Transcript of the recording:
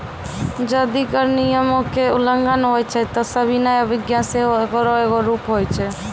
जदि कर नियमो के उल्लंघन होय छै त सविनय अवज्ञा सेहो एकरो एगो रूप होय छै